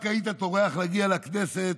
אם רק היית טורח להגיע לכנסת,